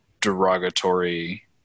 derogatory